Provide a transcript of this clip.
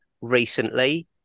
recently